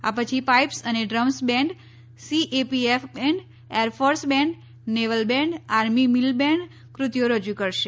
આ પછી પાઇપ્સ અને drums band CAPF band air force band naval band army મિલ બેન્ડ કૃતિઓ રજુ કરશે